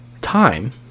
time